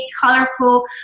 colorful